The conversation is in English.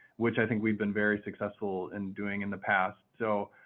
which i think we've been very successful in doing in the past. so,